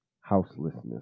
houselessness